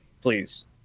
Please